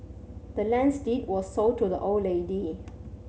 the land's deed was sold to the old lady